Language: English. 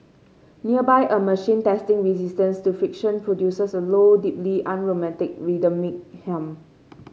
nearby a machine testing resistance to friction produces a low deeply unromantic rhythmic hum